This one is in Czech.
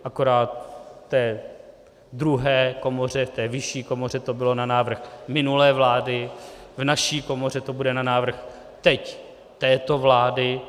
Akorát v té druhé komoře, v té vyšší komoře to bylo na návrh minulé vlády, v naší komoře to bude na návrh teď této vlády.